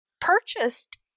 purchased